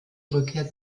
rückkehr